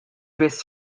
biss